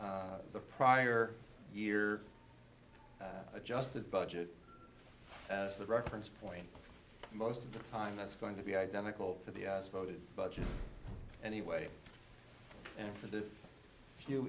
the prior year adjusted budget as the reference point most of the time that's going to be identical to the voted budget anyway and for the few